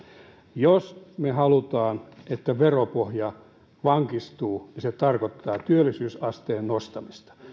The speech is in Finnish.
jos me haluamme että veropohja vankistuu se tarkoittaa työllisyysasteen nostamista